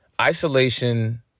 Isolation